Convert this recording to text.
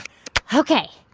ok.